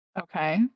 Okay